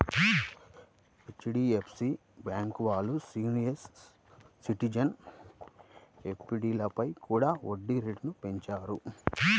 HDFC bank వాళ్ళు senior సిటిజన్ల ఎఫ్డీలపై కూడా వడ్డీ రేట్లను పెంచారు